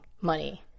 money